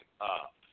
up